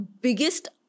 biggest